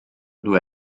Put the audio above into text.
due